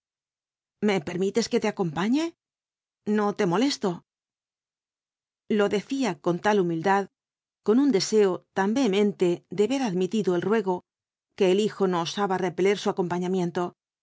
me permites que te acompañe no te molesto jjo decía con tal humildad con un deseo tan vehemente de ver admitido el ruego que el hijo no osaba repeler su acompañamiento